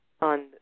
on